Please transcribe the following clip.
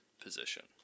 position